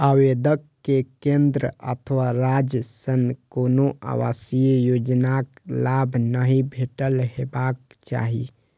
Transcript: आवेदक कें केंद्र अथवा राज्य सं कोनो आवासीय योजनाक लाभ नहि भेटल हेबाक चाही